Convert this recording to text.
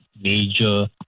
major